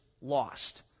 lost